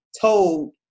told